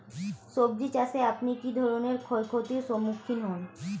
সবজী চাষে আপনি কী ধরনের ক্ষয়ক্ষতির সম্মুক্ষীণ হন?